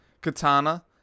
Katana